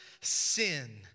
sin